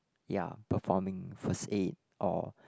ya performing first aid or